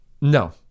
No